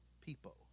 people